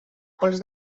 pols